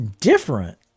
different